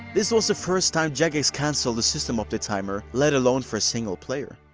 this was the first time jagex cancelled a system update timer, let alone for a single player.